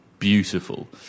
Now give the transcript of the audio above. Beautiful